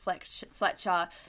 Fletcher